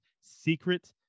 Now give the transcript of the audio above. secret